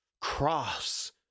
cross